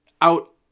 out